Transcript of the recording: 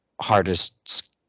hardest